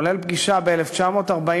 כולל פגישה ב-1944,